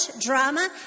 drama